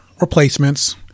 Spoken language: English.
replacements